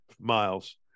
miles